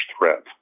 threat